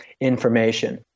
information